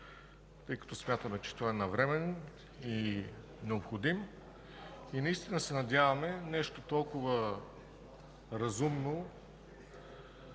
тъй като смятаме, че той е навременен и необходим. Наистина се надяваме нещо толкова разумно,